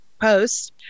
posts